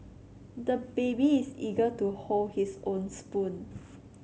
the baby is eager to hold his own spoon